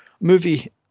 movie